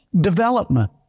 Development